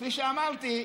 כפי שאמרתי,